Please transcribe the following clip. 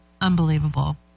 unbelievable